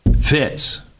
fits